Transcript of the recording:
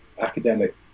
academic